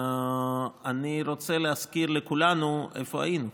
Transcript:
אני רוצה להזכיר לכולנו איפה היינו.